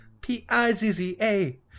p-i-z-z-a